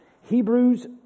Hebrews